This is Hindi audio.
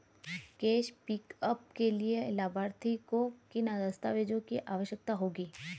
कैश पिकअप के लिए लाभार्थी को किन दस्तावेजों की आवश्यकता होगी?